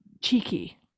cheeky